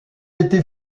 été